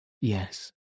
Yes